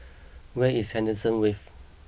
where is Henderson Wave